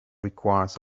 requires